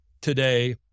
today